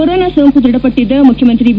corona ಸೋಂಕು ದೃಢಪಟ್ಟಿದ್ದ ಮುಖ್ಯಮಂತ್ರಿ ಬಿ